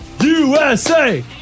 USA